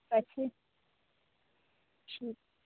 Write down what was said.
ঠিক আছে ঠিক